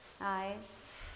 eyes